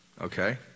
Okay